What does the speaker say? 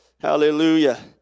Hallelujah